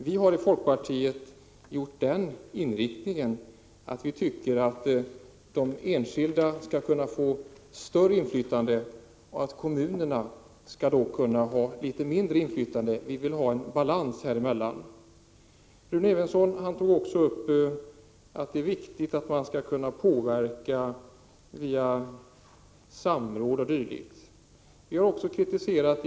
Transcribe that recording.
Vi i folkpartiet har den inriktningen att vi anser att enskilda skall få större inflytande och att kommunerna skall ha något mindre inflytande. Vi vill ha en bättre balans här. Rune Evensson sade också att det är viktigt att kunna påverka via samråd och dylikt.